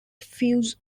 fuse